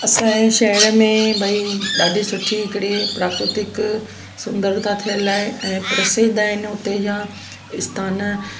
असांजे शहर में भई ॾाढी सुठी हिकिड़ी प्राकृतिक सुंदरता थियल आहे ऐं प्रसिद्ध आहिनि हुते जा आस्थानु